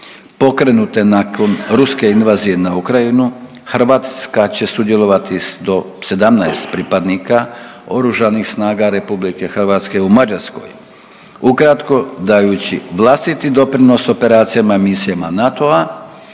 pokrenute nakon ruske invazije na Ukrajinu Hrvatska će sudjelovati do 17 pripadnika Oružanih snaga RH u Mađarskoj. Ukratko dajući vlastiti doprinos operacijama i misijama NATO-a